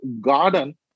garden